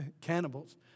cannibals